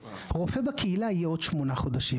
רופא בקהילה יהיה עוד שמונה חודשים,